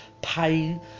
pain